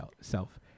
self